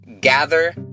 gather